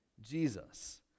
Jesus